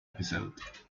episode